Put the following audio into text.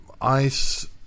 Ice